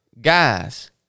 guys